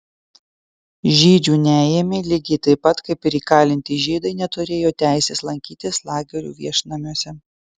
žydžių neėmė lygiai taip pat kaip ir įkalinti žydai neturėjo teisės lankytis lagerių viešnamiuose